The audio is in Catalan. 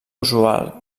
usual